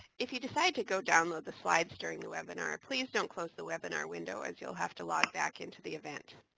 if you decide to go download the slides during the webinar, please don't close the webinar window as you'll have to log back in to the event.